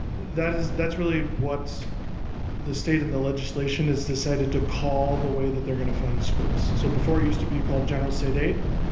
that is that's really what the state in the legislation is decided to call the way that they're gonna fund schools. so before it used to be called general state aid.